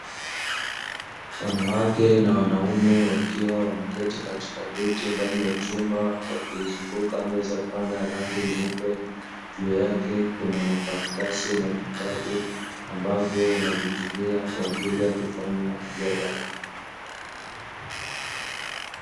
Wanawake na wanaume wakiwa wameketi katika viti ndani ya chumba wakizunguka meza pana ya rangi nyeupe, juu yake kuna makaratasi na vitabu ambavyo wanavitumia kwa ajili ya kufanya mjadala.